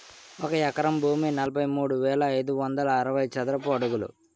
ఒక ఎకరం భూమి నలభై మూడు వేల ఐదు వందల అరవై చదరపు అడుగులు